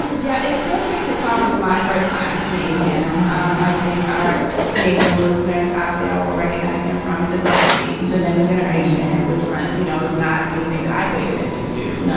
yeah if beale street could talk was my first time seeing him um i think our canadian listeners out there will recognize him from degrassi the next generation which right. you know it's not anything that i paid attention to.